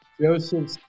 Joseph